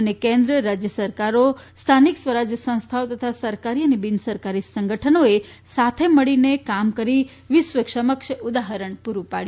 અને કેન્દ્ર રાજ્ય સરકારો સ્થાનિક સ્વરાજ સંસ્થાઓ તથા સરકારી બિનસરકારી સંગઠનોએ સાથે મળીને કામ કરી વિશ્વ સમક્ષ ઉદાહરણ પુરૂ પાડ્યું છે